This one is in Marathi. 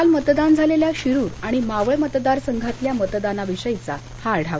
काल मतदान झालेल्या शिरूर आणि मावळ मतदार संघातल्या मतदानाविषयीचा हा आढावा